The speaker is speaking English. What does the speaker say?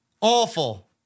Awful